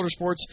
motorsports